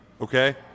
okay